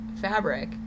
fabric